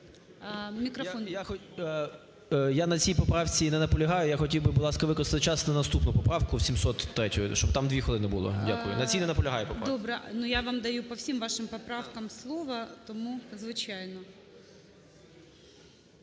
Я на цій поправці не наполягаю. Я хотів би, будь ласка, використати час на наступну поправку 703. Щоб там дві хвилини було. Дякую. на цій не наполягаю поправці. ГОЛОВУЮЧИЙ. Добре.Но я вам даю по всім вашим поправкам слово, тому звичайно.